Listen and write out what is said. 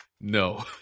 No